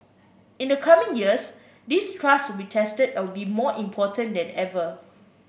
in the coming years this trust will be tested and will be more important than ever